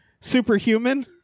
superhuman